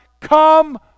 Come